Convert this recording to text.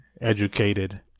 educated